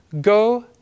go